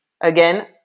Again